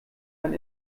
ein